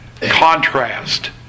contrast